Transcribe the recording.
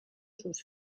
sus